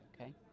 okay